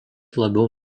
labiau